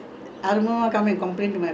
then aaruma மாமா:mama will go and